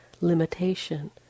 limitation